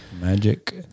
magic